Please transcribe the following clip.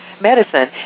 medicine